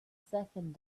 second